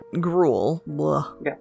gruel